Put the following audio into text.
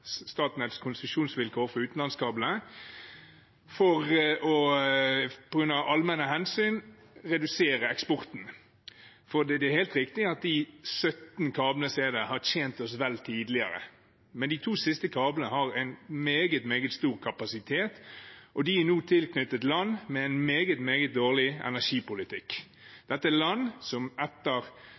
Statnetts konsesjonsvilkår for utenlandskablene for på grunn av allmenne hensyn å redusere eksporten. Det er helt riktig at de 17 kablene som er der, har tjent oss vel tidligere, men de to siste kablene har en meget, meget stor kapasitet, og de er nå tilknyttet land med en meget, meget dårlig energipolitikk. Dette er land som